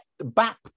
back